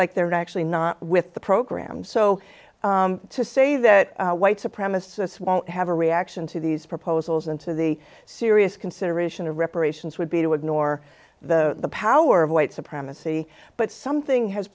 like they're actually not with the program so to say that white supremacists won't have a reaction to these proposals and to the serious consideration of reparations would be to ignore the power of white supremacy but something has